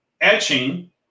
Etching